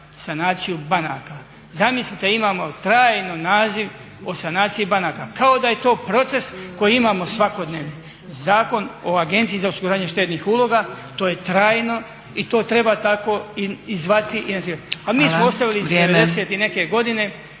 sanaciju banaka. Zamislite imamo trajno naziv o sanaciji banaka kao da je to proces koji imamo svakodnevno. Zakon o Agenciji za osiguranje štednih uloga to je trajno i to treba tako i zvati …. A mi smo ostavili iz '90. i neke godine